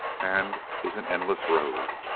and is an endless road.